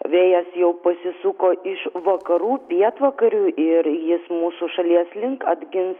vėjas jau pasisuko iš vakarų pietvakarių ir jis mūsų šalies link atgins